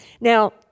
Now